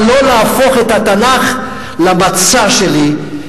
אבל לא להפוך את התנ"ך למצע שלי,